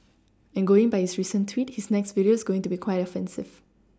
and going by his recent tweet his next video is going to be quite offensive